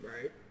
Right